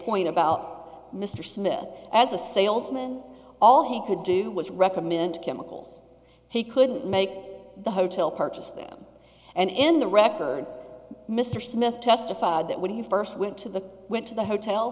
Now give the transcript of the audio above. point about mr smith as a salesman all he could do was recommend chemicals he couldn't make it the hotel purchased them and in the record mr smith testified that when he first went to the went to the hotel